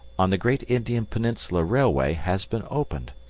on the great indian peninsula railway, has been opened.